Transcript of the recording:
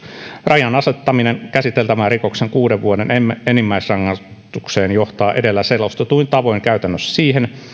rajan asettaminen käsiteltävän rikoksen kuuden vuoden enimmäisrangaistukseen johtaa edellä selostetuin tavoin käytännössä siihen